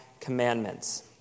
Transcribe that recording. commandments